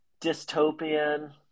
dystopian